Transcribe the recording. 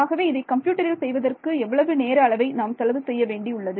ஆகவே இதை கம்ப்யூட்டரில் செய்வதற்கு எவ்வளவு நேர அளவை நாம் செலவு செய்ய வேண்டியுள்ளது